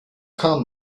come